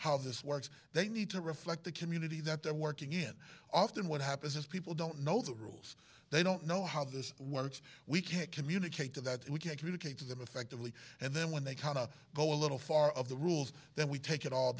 how this works they need to reflect the community that they're working in often what happens is people don't know the rules they don't know how this works we can't communicate to that we can communicate to them effectively and then when they kind of go a little far of the rules then we take it all